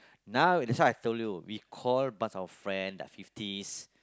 now that's why I told we call a bunch of friends that are fifties